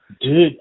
Dude